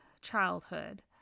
childhood